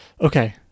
Okay